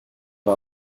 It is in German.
war